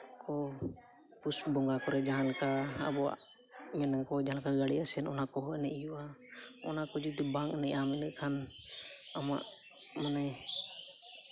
ᱯᱩᱥ ᱵᱚᱸᱜᱟ ᱠᱚᱨᱮ ᱱᱡᱟᱦᱟᱸ ᱞᱮᱠᱟ ᱟᱵᱚᱣᱟᱜ ᱤᱱᱟᱹ ᱠᱚ ᱡᱟᱦᱟᱸ ᱞᱮᱠᱟ ᱜᱟᱹᱲᱤ ᱟᱥᱮᱱ ᱚᱱᱟ ᱠᱚᱦᱚᱸ ᱮᱱᱮᱡ ᱦᱩᱭᱩᱜᱼᱟ ᱚᱱᱟ ᱠᱚᱦᱚᱸ ᱡᱩᱫᱤ ᱵᱟᱝ ᱮᱱᱮᱡ ᱟᱢ ᱤᱱᱟᱹᱠᱷᱟᱱ ᱟᱢᱟᱜ ᱢᱟᱱᱮ